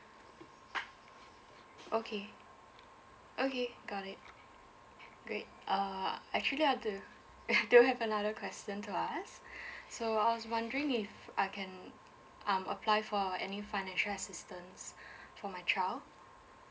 okay okay got it great err actually I do I do have another question to ask so I was wondering if I can um apply for any financial assistance for my child